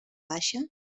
baixa